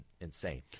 insane